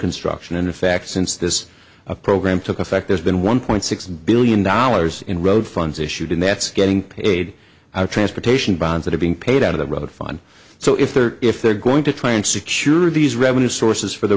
construction and in fact since this a program took effect there's been one point six billion dollars in road funds issued and that's getting paid out transportation bonds that are being paid out of the road fine so if they're if they're going to try and secure these revenue sources for the